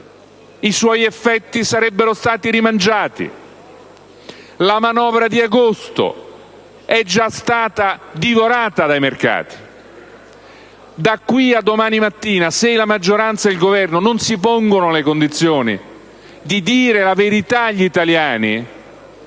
i suoi effetti sarebbero stati rimangiati; la manovra di agosto è già stata divorata dai mercati. Da qui a domani mattina, se la maggioranza e il Governo non si pongono nelle condizioni di dire la verità agli italiani,